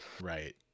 right